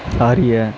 அறிய